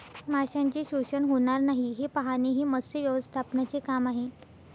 माशांचे शोषण होणार नाही हे पाहणे हे मत्स्य व्यवस्थापनाचे काम आहे